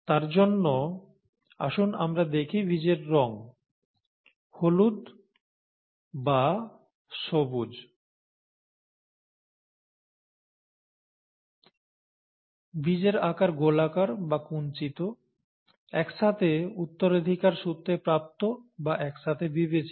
তার জন্য আসুন আমরা দেখি বীজের রঙ হলুদ বা সবুজ বীজের আকার গোলাকার এবং কুঞ্চিত একসাথে উত্তরাধিকার সূত্রে প্রাপ্ত বা একসাথে বিবেচিত